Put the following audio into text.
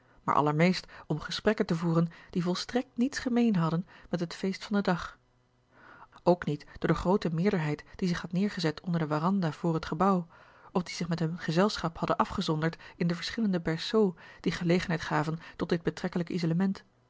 maar allermeest om gesprekken te voeren die volstrekt niets gemeens hadden met het feest van den dag ook niet door de groote meerderheid die zich had neergezet onder de waranda voor het gebouw of die zich met hun gezelschap hadden afgezonderd in de verschillende berceaux die gelegenheid gaven tot dit betrekkelijk isolement